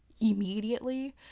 immediately